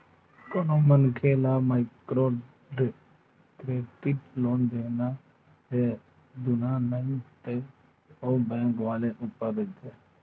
कोनो भी मनखे ल माइक्रो क्रेडिट लोन देना हे धुन नइ ते ओ बेंक वाले ऊपर रहिथे